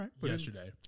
yesterday